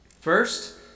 First